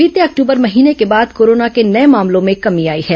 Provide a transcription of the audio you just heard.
बीते अक्टूबर महीने के बाद कोरोना के नये मामलों में कमी आई है